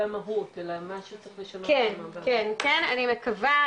אני מקווה,